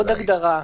עוד הגדרה.